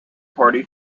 party